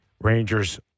Rangers